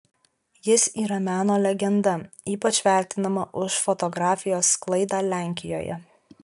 jis yra meno legenda ypač vertinama už fotografijos sklaidą lenkijoje